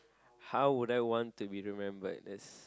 how would I want to be remembered as